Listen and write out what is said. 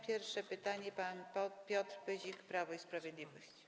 Pierwsze pytanie zada pan Piotr Pyzik, Prawo i Sprawiedliwość.